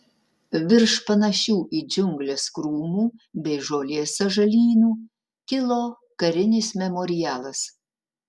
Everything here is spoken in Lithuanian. virš panašių į džiungles krūmų bei žolės sąžalynų kilo karinis memorialas